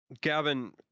Gavin